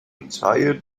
entire